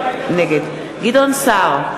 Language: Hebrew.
נגד גדעון סער,